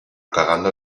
cagando